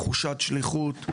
תחושת שליחות,